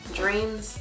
dreams